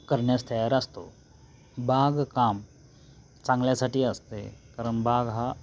करण्यास तयार असतो बागकाम चांगल्यासाठी असते कारण बाग हा